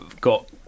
got